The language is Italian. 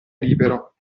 libero